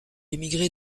émigré